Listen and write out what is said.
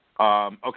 Okay